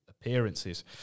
appearances